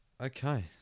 Okay